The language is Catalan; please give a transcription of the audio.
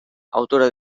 autora